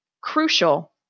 crucial